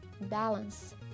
balance